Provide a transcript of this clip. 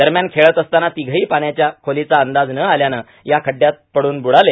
दरम्यान खेळत असताना तिघेही पाण्याच्या खोलीचा अंदाज न आल्यानं या खड्डयात पडून बुडाले